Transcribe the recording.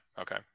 Okay